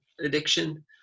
addiction